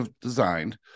designed